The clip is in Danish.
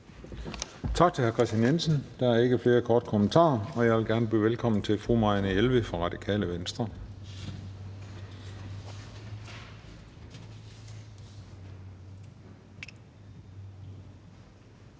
Tak til hr. Kristian Jensen. Der er ikke flere korte bemærkninger, og jeg vil gerne byde velkommen til fru Marianne Jelved fra Radikale Venstre. Kl.